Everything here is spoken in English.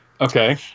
Okay